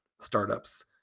startups